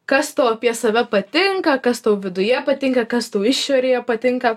kas tau apie save patinka kas tau viduje patinka kas tau išorėje patinka